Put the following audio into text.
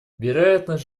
вероятность